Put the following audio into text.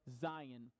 Zion